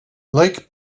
lake